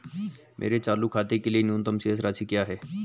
मेरे चालू खाते के लिए न्यूनतम शेष राशि क्या है?